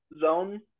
zone